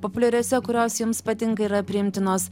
populiariose kurios jums patinka yra priimtinos